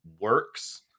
works